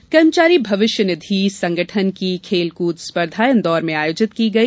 खेलकूद कर्मचारी भविष्य निधि संगठन की खेलकृद स्पर्धा इन्दौर में आयोजित की गई